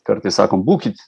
kartais sakom būkit